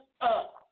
up